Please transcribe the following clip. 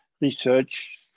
research